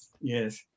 Yes